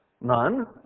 None